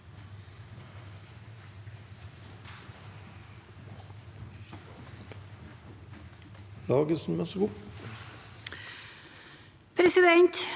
Presidenten